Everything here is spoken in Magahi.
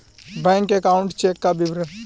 बैक अकाउंट चेक का विवरण?